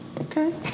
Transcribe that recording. Okay